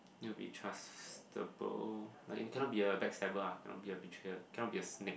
need to be trustable like you cannot be a backstabber ah cannot be a betrayer cannot be a snake